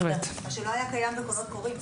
מה שלא היה קורה בקולות קוראים,